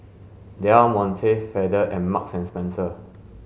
Del Monte Feather and Marks and Spencer